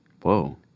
Whoa